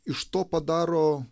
iš to padaro